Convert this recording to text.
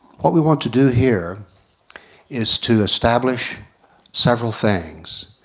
what we want to do here is to establish several things.